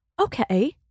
okay